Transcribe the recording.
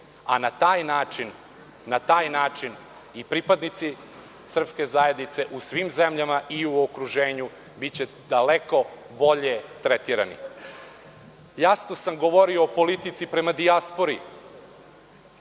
a na taj način i pripadnici srpske zajednice u svim zemljama i u okruženju biće daleko bolje tretirani. Jasno sam govorio o politici prema dijaspori